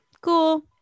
Cool